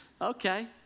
Okay